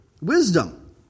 wisdom